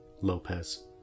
Lopez